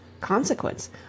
Consequence